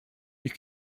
you